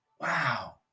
Wow